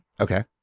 Okay